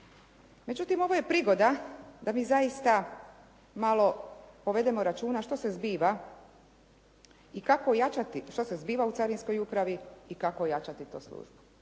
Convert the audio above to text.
Međutim, ovo je prigoda da mi zaista malo povedemo računa što se zbiva u Carinskoj upravi i kako ojačati tu službu.